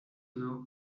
known